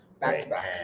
back-to-back